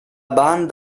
band